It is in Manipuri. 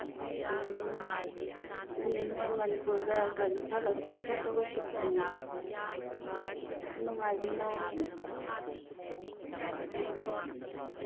ꯑ ꯁꯤ ꯅꯣꯏ ꯃꯅꯤꯄꯨꯔꯗ ꯌꯥꯝ ꯅꯨꯡꯉꯥꯏꯕꯒꯤ ꯃꯑꯣꯡꯅꯤꯅꯦ ꯑ